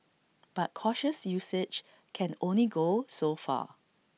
but cautious usage can only go so far